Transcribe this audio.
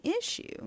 issue